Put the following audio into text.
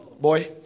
Boy